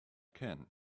can